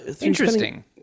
Interesting